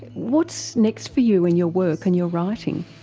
what's next for you in your work and your writing?